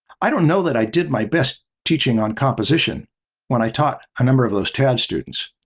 i don't know that i did my best teaching on composition when i taught a number of those tad students,